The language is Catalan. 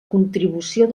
contribució